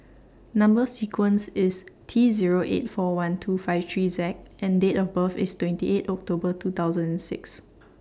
Number sequence IS T Zero eight four one two five three Z and Date of birth IS twenty eight October two thousand and six